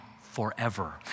forever